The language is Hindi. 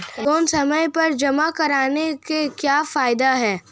लोंन समय पर जमा कराने के क्या फायदे हैं?